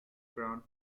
ground